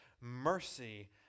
mercy